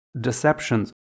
deceptions